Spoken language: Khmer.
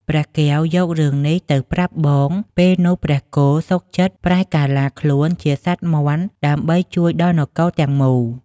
ព្រះកែវយករឿងនេះទៅប្រាប់បង ពេលនោះព្រះគោសុខចិត្តប្រែកាឡាខ្លួនជាសត្វមាន់ដើម្បីជួយដល់នគរទាំងមូល ។